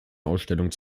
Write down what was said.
ausstellungen